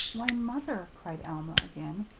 why, mother! cried alma again,